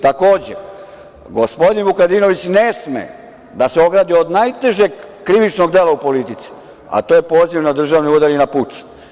Takođe, gospodin Vukadinović ne sme da se ogradi od najtežeg krivičnog dela u politici, a to je poziv na državni udar i na puč.